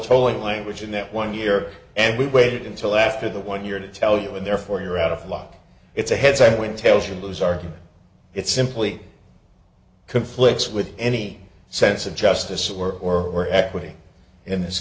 tolling language in that one year and we waited until after the one year to tell you and therefore you're out of luck it's a heads i win tails you lose argument it simply conflicts with any sense of justice or or equity in this